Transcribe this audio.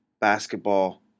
basketball